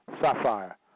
Sapphire